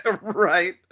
Right